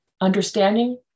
understanding